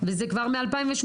וזה כבר מ-2018,